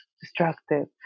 destructive